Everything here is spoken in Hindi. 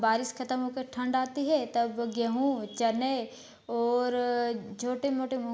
बारिश ख़तम होकर ठण्ड आती है तब गेंहूँ चने और छोटे मोटे